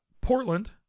Portland